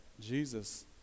Jesus